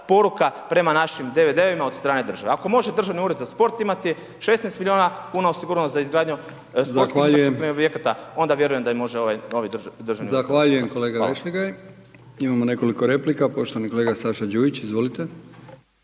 Zahvaljujem, kolega Vešligaj. Imamo nekoliko replika, poštovani kolega Saša Đujić, izvolite.